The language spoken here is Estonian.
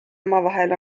omavahel